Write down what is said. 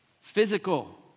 physical